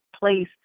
place